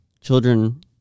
children